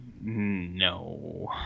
No